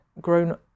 grown